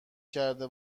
کرده